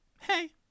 Hey